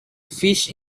fish